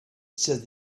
said